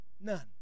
none